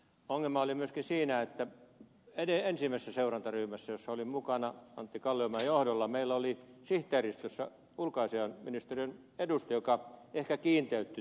ongelma oli myöskin siinä että ensimmäisessä seurantaryhmässä jossa olin mukana antti kalliomäen johdolla meillä oli sihteeristössä ulkoasiainministeriön edustaja joka ehkä kiinteytti tuon yhteistyön